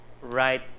right